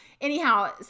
Anyhow